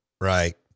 Right